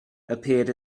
appeared